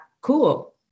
cool